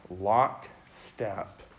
lockstep